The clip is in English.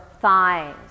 thighs